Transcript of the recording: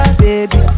baby